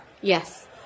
Yes